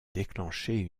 déclenché